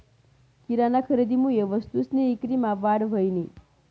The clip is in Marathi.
किराना खरेदीमुये वस्तूसनी ईक्रीमा वाढ व्हयनी